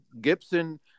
Gibson